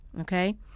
okay